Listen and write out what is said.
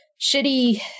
shitty